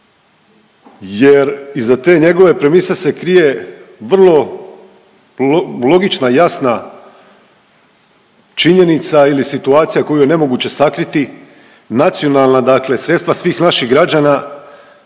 jer iza te njegove premise se krije vrlo logična i jasna činjenica ili situacija koju je nemoguće sakriti, nacionalna dakle sredstva svih naših građana